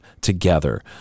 together